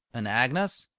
and agnes?